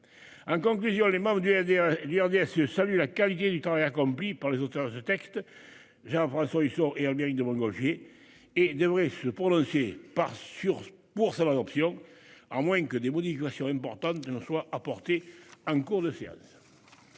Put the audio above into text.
Conclusion, les membres du aider lui se salue la qualité du travail accompli par les auteurs du texte. Jean-François Husson et Albéric de Montgolfier et devrait se prononcer par sur pour savoir rédemption. À moins que des modifications importantes ne nous soit apportée en cours de séance.